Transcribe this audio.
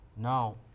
Now